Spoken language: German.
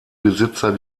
besitzer